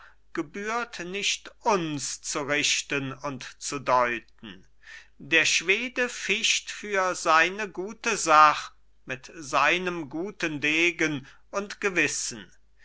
gebührt nicht uns zu richten und zu deuten der schwede ficht für seine gute sach mit seinem guten degen und gewissen